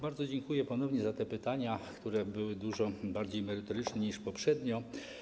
Bardzo dziękuję ponownie za te pytania, które były dużo bardziej merytoryczne niż poprzednio.